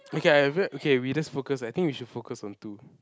okay I've fe~ okay we just focus I think we should focus on two